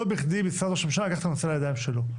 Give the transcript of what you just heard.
לא בכדי משרד ראש הממשלה לקח את הנושא לידיים שלו.